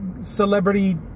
celebrity